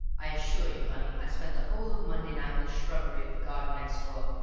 i assure you, bunny, i spent the whole of monday night in the shrubbery of the garden next door,